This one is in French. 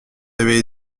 avez